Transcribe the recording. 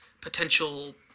potential